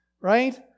right